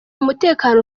umutekano